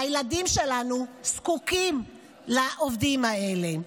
והילדים שלנו זקוקים לעובדים האלה.